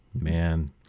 Man